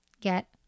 get